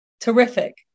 Terrific